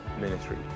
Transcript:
ministry